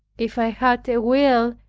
if i had a will,